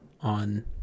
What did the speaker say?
on